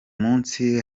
munsi